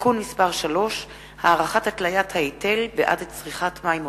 (תיקון מס' 3) (הארכת התליית ההיטל בעד צריכת מים עודפת),